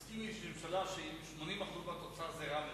תסכים אתי שממשלה שהיא 80% מן התוצר, זה רע מאוד.